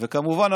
כמובן,